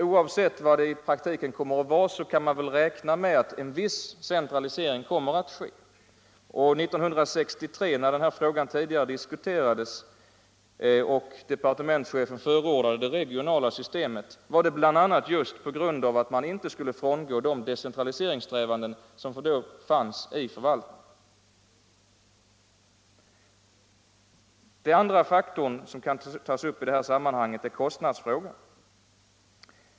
Oavsett hur det i praktiken kommer att bli kan man räkna med att en viss centralisering kommer att ske. År 1963, när den här frågan tidigare diskuterades och departementschefen förordade det regionala systemet, var motivet bl.a. just att man inte skulle frångå de decentraliseringssträvanden som då fanns i förvaltningen. Den andra faktorn som kan tas upp i det här sammanhanget är kostnadsfrågan.